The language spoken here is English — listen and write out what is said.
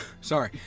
sorry